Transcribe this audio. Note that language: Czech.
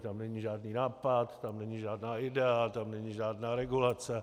Tam není žádný nápad, tam není žádná idea, tam není žádná regulace.